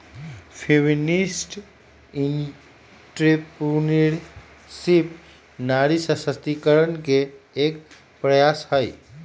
feminist entrepreneurship नारी सशक्तिकरण के एक प्रयास हई